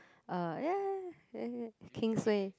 uh ya ya ya ya ya heng suay